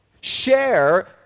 share